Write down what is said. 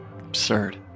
Absurd